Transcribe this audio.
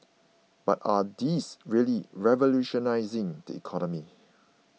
but are these really revolutionising the economy